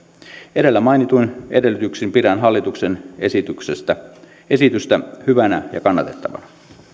edellä mainituin edellytyksin pidän hallituksen esitystä hyvänä ja kannatettavana